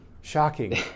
shocking